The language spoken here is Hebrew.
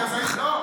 אז הייתי פה.